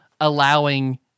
allowing